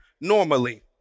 normally